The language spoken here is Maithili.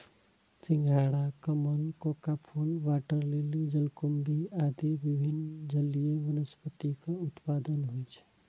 सिंघाड़ा, कमल, कोका फूल, वाटर लिली, जलकुंभी आदि विभिन्न जलीय वनस्पतिक उत्पादन होइ छै